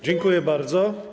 Dziękuję bardzo.